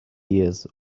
years